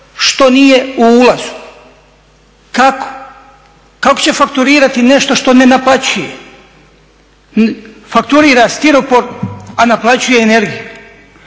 što nije u ulazu, kako? Kako će fakturirati nešto što ne naplaćuje? Fakturira stiropor, a naplaćuje energiju.